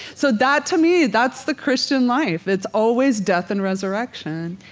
so that to me, that's the christian life. it's always death and resurrection